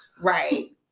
Right